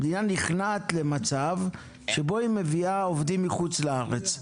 המדינה נכנעת למצב שבו היא מביאה עובדים מחוץ לארץ.